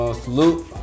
Salute